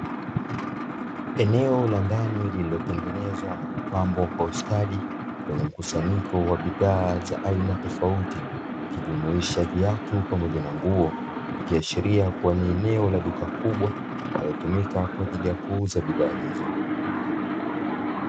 Eneo la ndani lililotengenezwa na kupambwa kwa ustadi, wenye mkusanyiko wa bidhaa za aina tofauti ikijumuisha viatu pamoja na nguo, ikiashiria kuwa ni eneo la duka kubwa linalotumika kwa ajili ya kuuza bidhaa hizo.